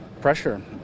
pressure